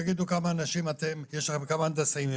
שיגידו כמה אנשים יש שם, כמה הנדסאים,